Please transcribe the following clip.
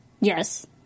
Yes